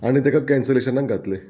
आनी तेका कॅन्सलेशनाक घातलें